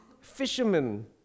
fishermen